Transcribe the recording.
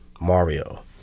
Mario